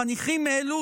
חניכים אלו,